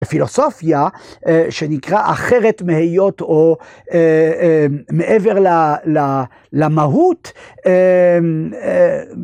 ופילוסופיה שנקרא אחרת מהיות או מעבר למהות.